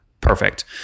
Perfect